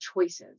choices